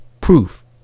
proof